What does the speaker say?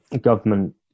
government